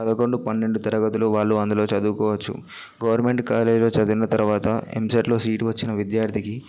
పదకొండు పన్నెండు తరగతులు వాళ్ళు అందులో చదువుకోవచ్చు గవర్నమెంట్ కాలేజ్లో చదివిన తర్వాత ఎంసెట్లో సీటు వచ్చిన విద్యార్థికి